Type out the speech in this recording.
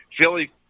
Philly